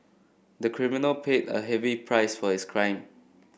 the criminal paid a heavy price for his crime